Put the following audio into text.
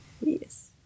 yes